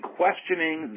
questioning